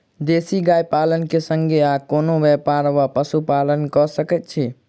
देसी गाय पालन केँ संगे आ कोनों व्यापार वा पशुपालन कऽ सकैत छी?